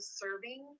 serving